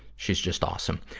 she's just awesome.